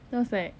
then I was like